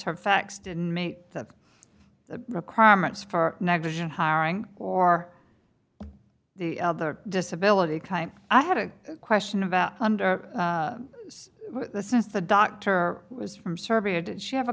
her facts didn't meet the requirements for negligent hiring or the disability time i had a question about under the since the doctor was from serbia did she have a